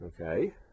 okay